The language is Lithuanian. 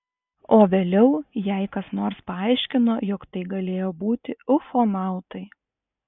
o vėliau jai kas nors paaiškino jog tai galėjo būti ufonautai